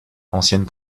ancienne